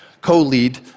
co-lead